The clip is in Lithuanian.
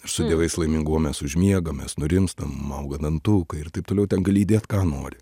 aš su dievais laiminguo mes užmiegam mes nurimstam auga dantukai ir taip toliau ten gali įdėti ką nori